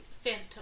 Phantom